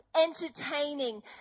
entertaining